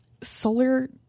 Solar